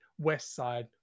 Westside